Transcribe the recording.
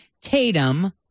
Tatum